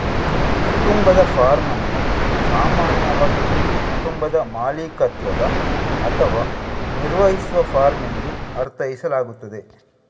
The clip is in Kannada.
ಕುಟುಂಬದ ಫಾರ್ಮ್ ಅನ್ನು ಸಾಮಾನ್ಯವಾಗಿ ಒಂದು ಕುಟುಂಬದ ಮಾಲೀಕತ್ವದ ಅಥವಾ ನಿರ್ವಹಿಸುವ ಫಾರ್ಮ್ ಎಂದು ಅರ್ಥೈಸಲಾಗುತ್ತದೆ